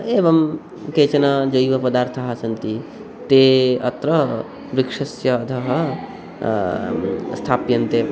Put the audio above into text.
एवं केचन जैवपदार्थाः सन्ति ते अत्र वृक्षस्य अधः स्थाप्यन्ते